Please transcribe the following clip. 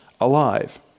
alive